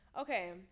Okay